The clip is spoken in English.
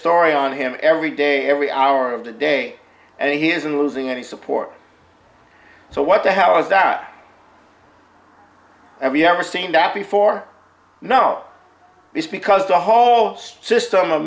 story on him every day every hour of the day and he isn't losing any support so what the how is that every ever seen that before no it's because the hall system of